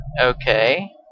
Okay